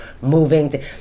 moving